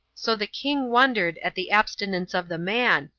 so the king wondered at the abstinence of the man,